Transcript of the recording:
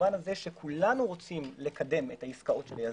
במובן הזה שכולנו רוצים לקדם את העסקאות של היזמות.